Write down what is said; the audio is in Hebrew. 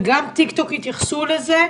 וגם טיקטוק יתייחסו לזה,